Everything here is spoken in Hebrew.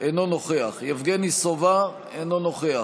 אינו נוכח